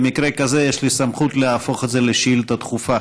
במקרה כזה יש לי סמכות להפוך את זה לשאילתה דחופה.